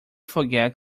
forget